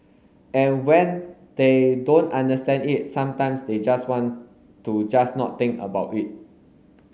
and when they don't understand it sometimes they just want to just not think about it